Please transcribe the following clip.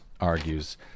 argues